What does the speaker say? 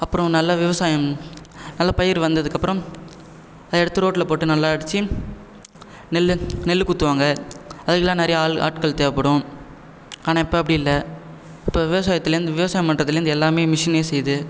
அப்புறம் நல்ல விவசாயம் நல்லா பயிர் வந்ததுக்கு அப்புறம் அதை எடுத்து ரோட்டில் போட்டு நல்லா அடித்து நெல்லு நெல்லு குத்துவாங்கள் அதுக்கெலாம் நிறையா ஆள் ஆட்கள் தேவைப்படும் ஆனால் இப்போ அப்படி இல்லை இப்போ விவசாயத்துலேருந்து விவசாயம் பண்ணுறதுலேந்து எல்லாமே மிஷினே செய்யுது